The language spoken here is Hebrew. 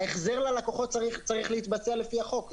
ההחזר ללקוחות צריך להתבצע על-פי החוק.